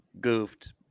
goofed